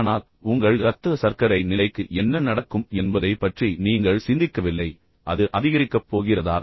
ஆனால் உங்கள் இரத்த சர்க்கரை நிலைக்கு என்ன நடக்கும் என்பதைப் பற்றி நீங்கள் சிந்திக்கவில்லை அது அதிகரிக்கப் போகிறதா